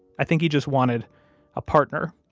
i think he just wanted a partner.